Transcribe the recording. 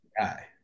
guy